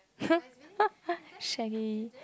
shaggy